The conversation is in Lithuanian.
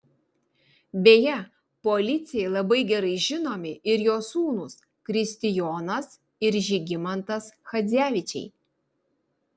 beje policijai labai gerai žinomi ir jo sūnūs kristijonas ir žygimantas chadzevičiai